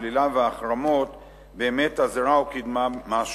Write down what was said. שלילה והחרמות באמת עזרה או קידמה משהו.